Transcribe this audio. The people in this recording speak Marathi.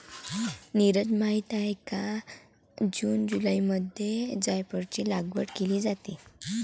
नीरज माहित आहे का जून जुलैमध्ये जायफळाची लागवड केली जाते